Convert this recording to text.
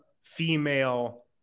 female